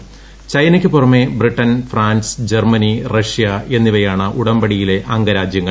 പ ചൈനയ്ക്ക് പുറമെ പ്രിട്ടൻ ഫ്രാൻസ് ജർമ്മനി റഷ്യ എന്നിവയാണ് ഉടമ്പടിയിലെ അംഗ രാജ്യങ്ങൾ